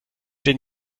denn